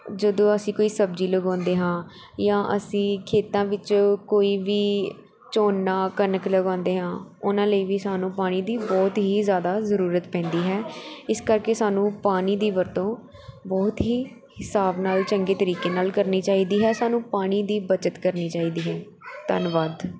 ਜਦੋਂ ਅਸੀਂ ਕੋਈ ਸਬਜ਼ੀ ਲਗਾਉਂਦੇ ਹਾਂ ਜਾਂ ਅਸੀਂ ਖੇਤਾਂ ਵਿੱਚ ਕੋਈ ਵੀ ਝੋਨਾ ਕਣਕ ਲਗਾਉਂਦੇ ਹਾਂ ਉਹਨਾਂ ਲਈ ਵੀ ਸਾਨੂੰ ਪਾਣੀ ਦੀ ਬਹੁਤ ਹੀ ਜ਼ਿਆਦਾ ਜ਼ਰੂਰਤ ਪੈਂਦੀ ਹੈ ਇਸ ਕਰਕੇ ਸਾਨੂੰ ਪਾਣੀ ਦੀ ਵਰਤੋਂ ਬਹੁਤ ਹੀ ਹਿਸਾਬ ਨਾਲ਼ ਚੰਗੇ ਤਰੀਕੇ ਨਾਲ਼ ਕਰਨੀ ਚਾਹੀਦੀ ਹੈ ਸਾਨੂੰ ਪਾਣੀ ਦੀ ਬੱਚਤ ਕਰਨੀ ਚਾਹੀਦੀ ਹੈ ਧੰਨਵਾਦ